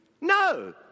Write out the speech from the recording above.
No